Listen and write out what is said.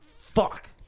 fuck